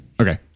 Okay